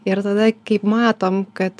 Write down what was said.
ir tada kaip matom kad